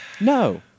No